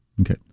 Okay